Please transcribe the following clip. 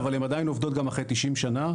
אבל הן עדיין עובדות גם אחרי 90 שנה.